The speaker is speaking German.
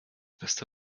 beste